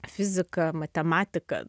fiziką matematiką